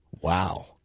Wow